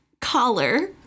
collar